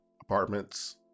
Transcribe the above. apartments